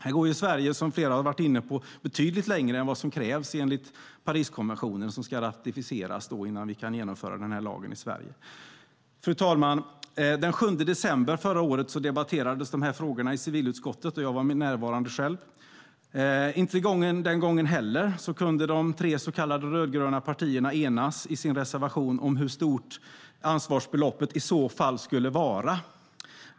Här går Sverige, som flera har varit inne på, betydligt längre än vad som krävs enligt Pariskonventionen, som ska ratificeras innan vi kan genomföra lagen i Sverige. Fru talman! Den 7 december förra året debatterades dessa frågor av civilutskottet, och jag var själv närvarande. Inte heller den gången kunde de tre så kallade rödgröna partierna i sin reservation enas om hur stort ansvarsbeloppet i så fall skulle vara.